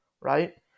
right